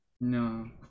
No